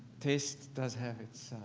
taste does have its,